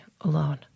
alone